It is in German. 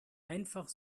einfach